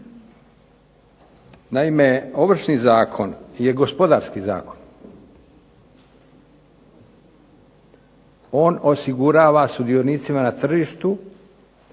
Naime, Ovršni zakon je gospodarski zakon. On osigurava sudionicima na tržištu